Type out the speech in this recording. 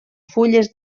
fulles